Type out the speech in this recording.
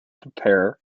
prepare